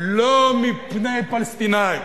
לא מפני פלסטינים,